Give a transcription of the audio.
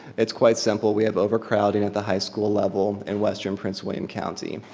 it's quite simple, we have overcrowding at the high school level in western prince william county.